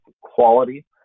quality